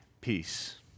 peace